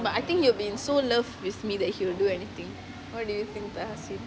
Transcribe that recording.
but I think he will be so love with me that he will do anything what do you think my husband